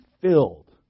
filled